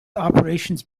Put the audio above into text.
operations